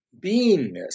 beingness